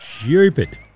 stupid